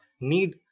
need